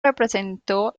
representó